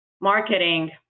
marketing